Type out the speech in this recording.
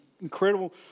incredible